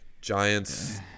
Giants